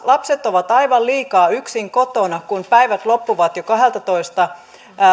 lapset ovat aivan liikaa yksin kotona kun päivät loppuvat jo kello kaksitoista